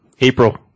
April